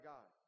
God